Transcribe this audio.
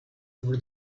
over